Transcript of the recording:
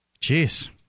jeez